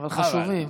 אבל חשובים.